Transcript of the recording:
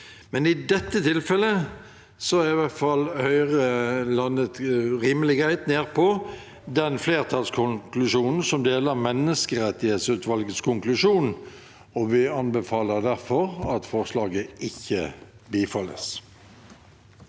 Men i dette tilfellet har i hvert fall Høyre landet rimelig greit ned på flertallskonklusjonen, som også er menneskerettighetsutvalgets konklusjon, og vi anbefaler derfor at forslaget ikke bifalles.